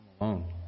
alone